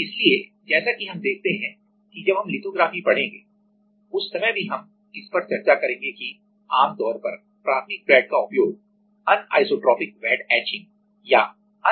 इसलिए जैसा कि हम देखते हैं कि जब हम लिथोग्राफी पढ़ेंगे उस समय भी हम इस पर चर्चा करेंगे कि आमतौर पर प्राथमिक फ्लैट का उपयोग अनिसोट्रोपिक वेट एचिंग या